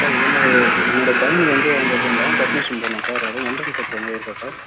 sir இதே மாரி என்னோட பையனுக்கு வந்து அங்கே இப்போ லெவந்த் அட்மிஷன் போடணும் சார் அதான் என்ட்ரன்ஸ் எக்ஸாம் மாதிரி இருக்கா சார்